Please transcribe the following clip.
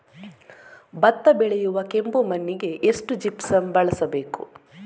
ಭತ್ತ ಬೆಳೆಯುವ ಕೆಂಪು ಮಣ್ಣಿಗೆ ಎಷ್ಟು ಜಿಪ್ಸಮ್ ಬಳಸಬೇಕು?